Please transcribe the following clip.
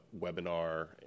webinar